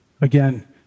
Again